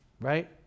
right